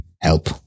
help